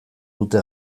dute